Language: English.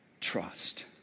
trust